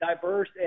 diverse